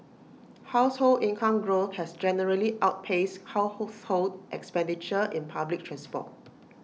household income growth has generally outpaced household expenditure in public transport